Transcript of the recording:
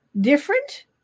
different